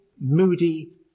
moody